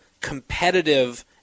competitive